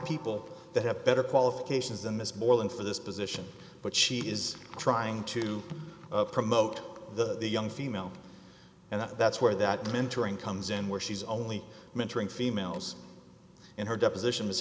people that have better qualifications them is more than for this position but she is trying to promote the young female and that's where that mentoring comes in where she's only mentoring females in her deposition